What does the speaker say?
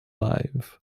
live